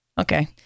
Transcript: Okay